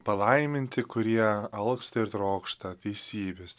palaiminti kurie alksta ir trokšta peisybės